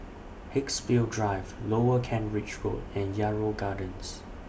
Haigsville Drive Lower Kent Ridge Road and Yarrow Gardens